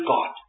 God